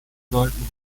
sollten